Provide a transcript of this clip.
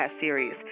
series